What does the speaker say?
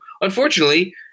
Unfortunately